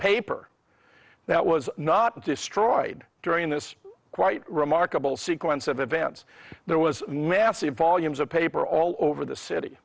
paper that was not destroyed during this quite remarkable sequence of events there was massive volumes of paper all over the city